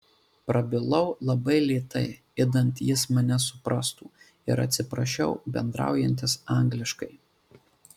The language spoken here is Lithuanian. prabilau labai lėtai idant jis mane suprastų ir atsiprašiau bendraujantis angliškai